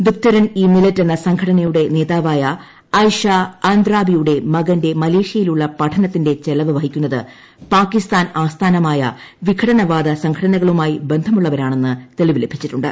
ദുക്തറൻ ഇ മിലറ്റ് എന്ന സംഘടനയുടെ നേതാവായ ഐഷ ആൻദ്രാബിയുടെ മകന്റെ മലേഷ്യയിലുള്ള പഠനത്തിന്റെ ചെലവ് വഹിക്കുന്നത് പാകിസ്ഥാൻ ആസ്ഥാനമായ വിഘടനവാദ സംഘടനകളുമായി ബന്ധമുള്ളവരാണെന്ന് തെളിവ് ലഭിച്ചിട്ടുണ്ട്